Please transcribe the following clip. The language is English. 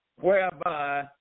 whereby